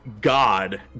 God